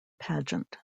pageant